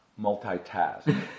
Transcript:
multitask